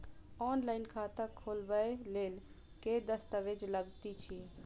Online खाता खोलबय लेल केँ दस्तावेज लागति अछि?